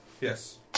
Yes